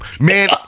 man